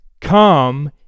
come